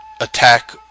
attack